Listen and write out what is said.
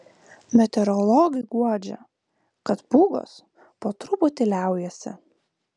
meteorologai guodžia kad pūgos po truputį liaujasi